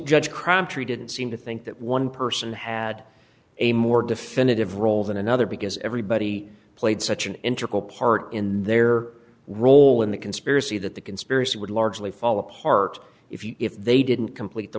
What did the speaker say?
judge crabtree didn't seem to think that one person had a more definitive role than another because everybody played such an integral part in their role in the conspiracy that the conspiracy would largely fall apart if they didn't complete the